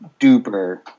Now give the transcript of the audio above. duper